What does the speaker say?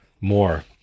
more